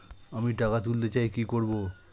আমি টাকা তুলতে চাই কি করব?